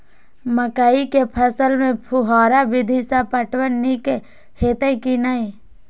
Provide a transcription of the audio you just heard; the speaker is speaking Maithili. मकई के फसल में फुहारा विधि स पटवन नीक हेतै की नै?